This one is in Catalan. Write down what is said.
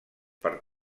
per